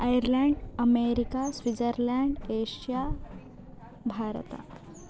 Ireland America Switzerland Asia Bharata